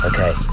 Okay